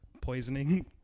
poisoning